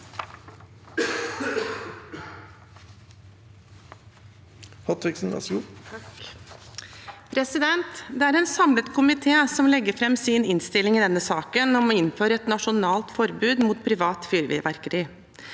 nr. 4): Det er en samlet komité som legger fram sin innstilling i denne saken om å innføre et nasjonalt forbud mot privat fyrverkeri.